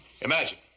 Imagine